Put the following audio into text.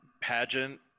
pageant